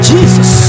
Jesus